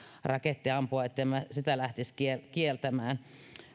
raketti ampua etten minä sitä lähtisi kieltämään kieltämään